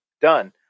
done